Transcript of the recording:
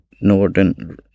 northern